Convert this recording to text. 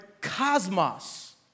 cosmos